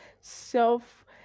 self